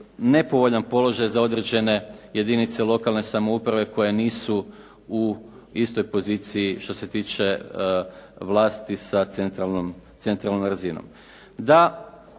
nepovoljan položaj za određene jedinice lokalne samouprave koje nisu u istoj poziciji što se tiče vlasti sa centralnom razinom.